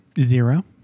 Zero